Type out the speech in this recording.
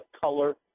color